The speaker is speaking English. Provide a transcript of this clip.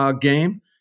game